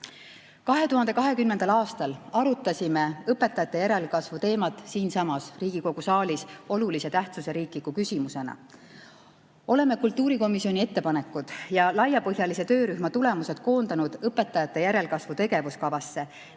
2020. aastal arutasime õpetajate järelkasvu teemat siinsamas Riigikogu saalis olulise tähtsusega riikliku küsimusena. Oleme kultuurikomisjoni ettepanekud ja laiapõhjalise töörühma tulemused koondanud õpetajate järelkasvu tegevuskavasse,